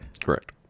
Correct